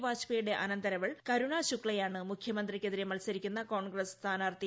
വാജ്പേയിയുടെ അനന്തരവൾ കരുണാ ശുക്ലയാണ് മുഖ്യമന്ത്രിക്കെതിരെ മുത്സ്ത്രിക്കുന്ന കോൺഗ്രസ് സ്ഥാനാർത്ഥി